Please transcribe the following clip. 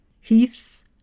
heaths